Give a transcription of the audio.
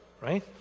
right